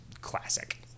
classic